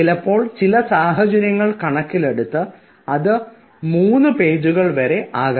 ചിലപ്പോൾ ചില സാഹചര്യങ്ങൾ കണക്കിലെടുത്ത് അത് 3 പേജുകൾ വരെ ആകാം